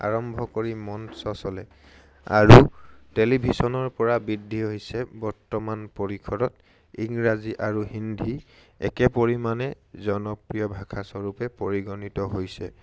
আৰম্ভ কৰি আৰু টেলিভিছনৰ পৰা বৃদ্ধি হৈছে বৰ্তমান পৰিসৰত ইংৰাজী আৰু হিন্ধী একে পৰিমাণে জনপ্ৰিয় ভাষা স্বৰূপে পৰিগণিত হৈছে